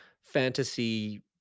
fantasy